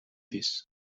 this